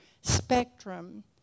spectrum